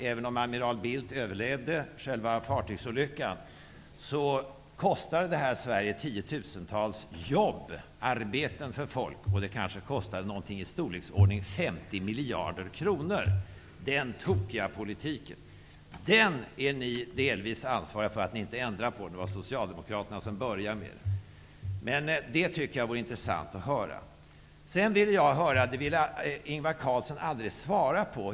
Även om amiral Bildt överlevde själva fartygsolyckan kostade det Sverige tiotusentals jobb, arbeten för folk. Den tokiga politiken kostade i storleksordningen 50 miljarder kronor. Det var Socialdemokraterna som började med den, men ni är delvis ansvariga, därför att ni inte ändrade på den. Det vore intressant att höra vad ni har att säga.